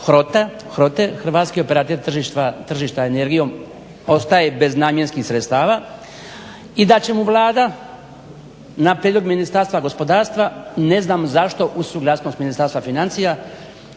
da provedbom ovog zakona HROTE ostaje bez namjenskih sredstava i da će mu Vlada na prijedlog Ministarstva gospodarstva ne znam zašto uz suglasnost Ministarstva financija